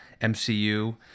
MCU